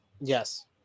Yes